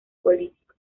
político